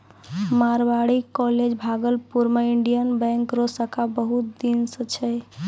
Marwari college Bhagalpur मे Indian Bank रो शाखा बहुत दिन से छै